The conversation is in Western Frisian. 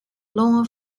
lân